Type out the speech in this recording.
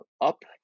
up